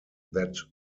that